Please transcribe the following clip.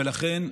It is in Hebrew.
ולכן,